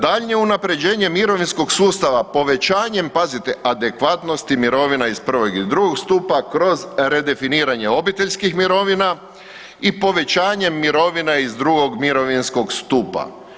Daljnje unapređenje mirovinskog sustava, povećanjem pazite adekvatnosti mirovina iz prvog i drugog stupa kroz redefiniranje obiteljskih mirovina i povećanjem mirovina iz drugog mirovinskog stupa.